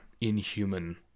inhuman